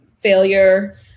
failure